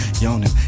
yawning